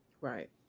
Right